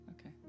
Okay